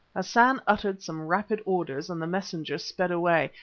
hassan uttered some rapid orders and the messenger sped away,